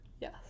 Yes